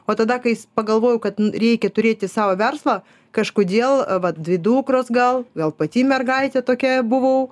o tada kai s pagalvojau kad reikia turėti savo verslą kažkodėl va dvi dukros gal gal pati mergaitė tokia buvau